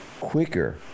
quicker